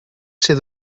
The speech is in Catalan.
ser